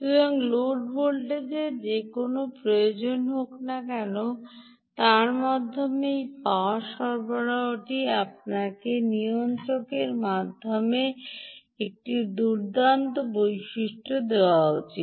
সুতরাং লোড ভোল্টেজের যে কোনও প্রয়োজন হোক না কেন তার মাধ্যমে এই পাওয়ার সরবরাহটি আপনাকে নিয়ন্ত্রকের মাধ্যমে এই সমস্ত দুর্দান্ত বৈশিষ্ট্য দেওয়া উচিত